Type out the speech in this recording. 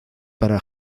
para